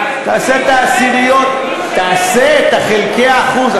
תעשה את חלקי האחוז,